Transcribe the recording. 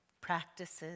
practices